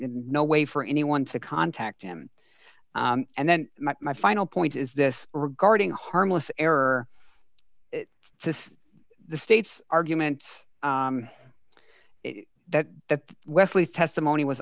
no way for anyone to contact him and then my final point is this regarding harmless error to the state's arguments that the wesley testimony was